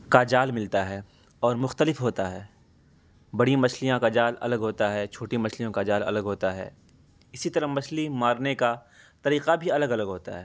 کا جال ملتا ہے اور مختلف ہوتا ہے بڑی مچھلیاں کا جال الگ ہوتا ہے چھوٹی مچھلیوں کا جال الگ ہوتا ہے اسی طرح مچھلی مارنے کا طریقہ بھی الگ الگ ہوتا ہے